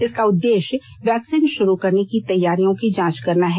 इसका उद्देश्य वैक्सीन शुरू करने की तैयारियों की जांच करना है